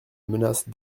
menace